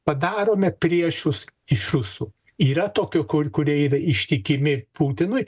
padarome priešus iš rusų yra tokių kur kurie yra ištikimi putinui